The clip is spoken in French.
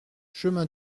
chemin